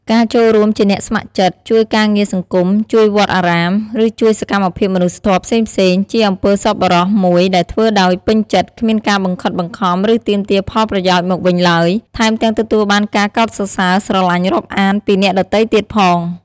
ការចូលរួមជាអ្នកស្ម័គ្រចិត្ត ជួយការងារសង្គម ជួយវត្តអារាម ឬជួយសកម្មភាពមនុស្សធម៌ផ្សេងៗ ជាអំពើសប្បុរសមួយដែលធ្វើដោយពេញចិត្ត គ្មានការបង្ខិតបង្ខំឫទាមទារផលប្រយោជន៍មកវិញទ្បើយ ថែមទាំងទទួលបានការកោតសរសើរ ស្រទ្បាញ់រាប់អានពីអ្នកដទៃទៀតផង។